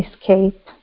escape